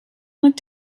looked